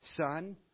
son